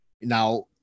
Now